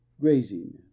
Grazing